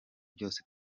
byose